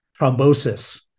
thrombosis